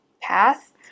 path